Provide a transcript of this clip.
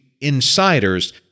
insiders